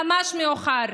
זה הגיע ממש מאוחר.